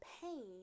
pain